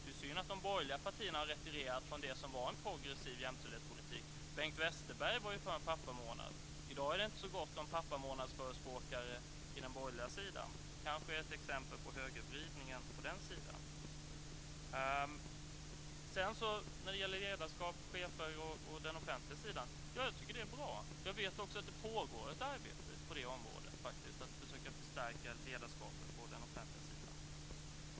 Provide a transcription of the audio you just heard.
Det är synd att de borgerliga partierna har retirerat från det som var en progressiv jämställdhetspolitik. Bengt Westerberg var för en pappamånad. I dag är det inte så gott om pappamånadsförespråkare på den borgerliga sidan. Det är kanske ett exempel på högervridningen på den borgerliga sidan. När det gäller att förstärka ledarskapet och chefernas roll på den offentliga sidan tycker jag att det är bra. Det pågår också ett arbete på det området.